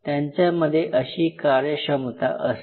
त्यांच्यामध्ये अशी कार्य क्षमता असते